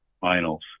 finals